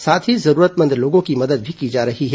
साथ ही जरूरतमंद लोगों की मदद भी की जा रही है